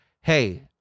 hey